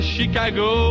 Chicago